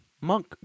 monk